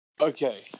Okay